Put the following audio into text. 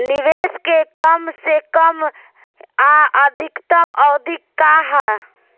निवेश के कम से कम आ अधिकतम अवधि का है?